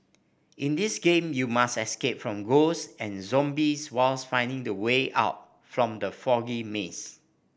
in this game you must escape from ghosts and zombies while finding the way out from the foggy maze